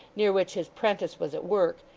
near which his prentice was at work,